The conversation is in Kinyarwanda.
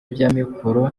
by’amikoro